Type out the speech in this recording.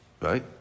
right